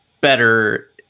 better